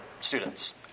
students